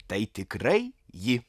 tai tikrai ji